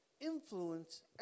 influence